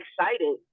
excited